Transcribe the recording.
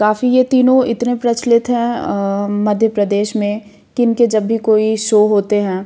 काफ़ी ये तीनों इतने प्रचलित हैं मध्य प्रदेश में कि इनके जब भी कोई शो होते हैं